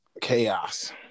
Chaos